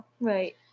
Right